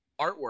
artwork